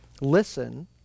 listen